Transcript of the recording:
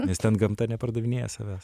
nes ten gamta nepardavinėja savęs